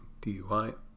DUI